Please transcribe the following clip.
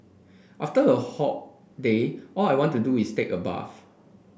after a hot day all I want to do is take a bath